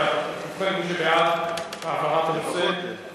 ועדת הפנים.